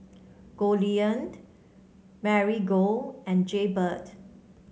Goldlion Marigold and Jaybird